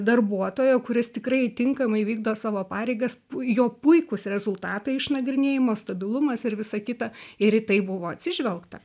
darbuotojo kuris tikrai tinkamai vykdo savo pareigas jo puikūs rezultatai išnagrinėjimo stabilumas ir visa kita ir į tai buvo atsižvelgta